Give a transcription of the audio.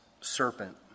serpent